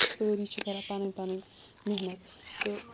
سٲری چھِ کَران پَنٕنۍ پَنٕنۍ محنت تہٕ